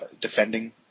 defending